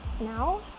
now